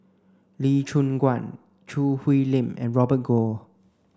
Lee Choon Guan Choo Hwee Lim and Robert Goh